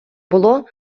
було